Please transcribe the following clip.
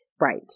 Right